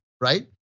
right